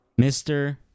Mr